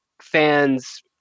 fans